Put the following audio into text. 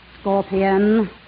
scorpion